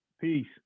peace